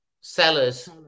Sellers